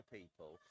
people